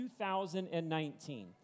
2019